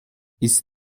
ist